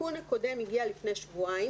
התיקון הקודם הגיע לפני שבועיים